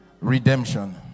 Redemption